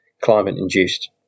climate-induced